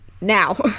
Now